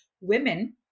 women